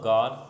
God